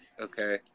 okay